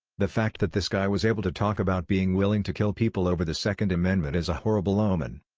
the fact that this guy was able to talk about being willing to kill people over the second amendment is a horrible omen.